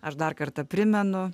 aš dar kartą primenu